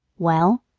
well?